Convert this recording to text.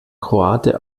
kroate